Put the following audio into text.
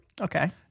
Okay